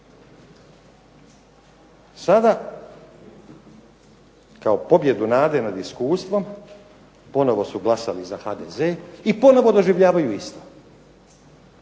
Sada kao pobjedu nade nad iskustvom ponovo su glasali za HDZ i ponovo doživljavaju isto.